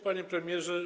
Panie Premierze!